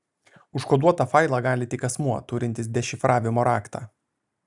užkoduotą failą gali tik asmuo turintis dešifravimo raktą